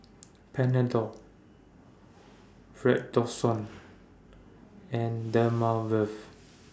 Panadol Redoxon and Dermaveen